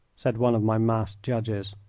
said one of my masked judges.